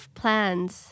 plans